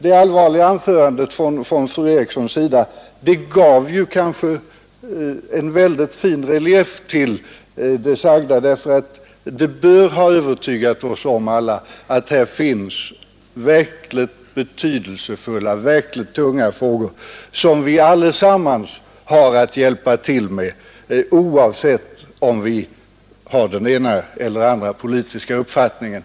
Det allvarliga anförandet från fru Erikssons sida gav en fin relief till det hela, och det bör ha övertygat oss alla om att här finns verkligt betydelsefulla, tunga frågor, som vi allesammans måste hjälpa till med, oavsett om vi har den ena eller den andra politiska uppfattningen.